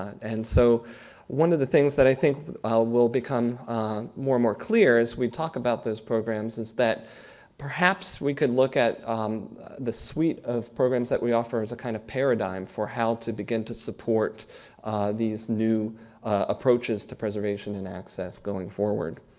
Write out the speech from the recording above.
and so one of the things that i think will become more and more clear as we talk about those programs is that perhaps we could look at the suite of programs that we offer as a kind of paradigm for how to begin to support these new approaches to preservation and access going forward.